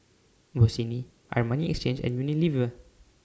Bossini Armani Exchange and Unilever